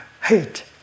hate